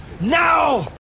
Now